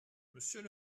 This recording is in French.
monsieur